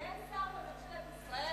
אין שר בממשלת ישראל.